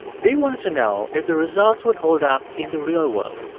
they wanted to know if the results would hold up in the real world.